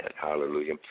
hallelujah